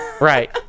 right